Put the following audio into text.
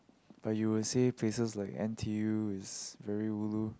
but you will say places like N_T_U is very ulu